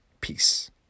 Peace